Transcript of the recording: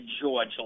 George